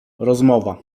rozmowa